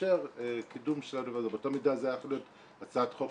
תאפשר קידום של --- באותה מידה זו הייתה יכולה להיות הצעת חוק